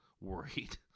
worried